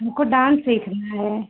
हमको डान्स सीखना है